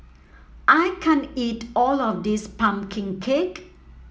I can't eat all of this pumpkin cake